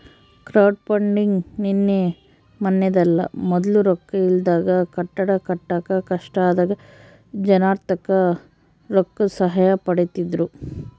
crowdfunding ನಿನ್ನೆ ಮನ್ನೆದಲ್ಲ, ಮೊದ್ಲು ರೊಕ್ಕ ಇಲ್ದಾಗ ಕಟ್ಟಡ ಕಟ್ಟಾಕ ಕಷ್ಟ ಆದಾಗ ಜನರ್ತಾಕ ರೊಕ್ಕುದ್ ಸಹಾಯ ಪಡೀತಿದ್ರು